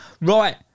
right